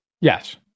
Yes